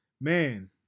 Man